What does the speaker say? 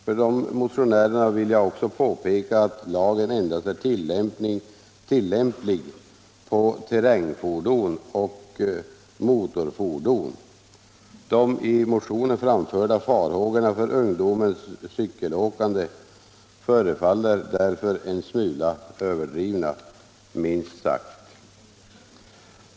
För dessa motionärer vill jag också påpeka att lagen endast är tillämplig på motorfordon. De i motionen framförda farhågorna för ungdomens cykelåkande förefaller därför en smula överdrivna, minst sagt.